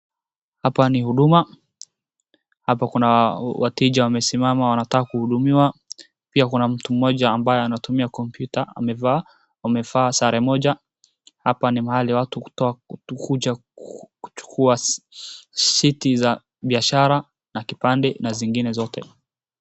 Hapa ni huduma. Hapa kuna wateja wamesiama wanataka kuhudumiwa. Pia kuna mtu mmoja ambaye anatumia kompyuta amevaa, wamevaa sare moja. Hapa ni mahali watu hukuja kuchukua shiti za biashara na kipande na zingine zote.